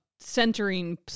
centering